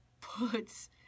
puts